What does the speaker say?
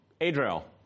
Adriel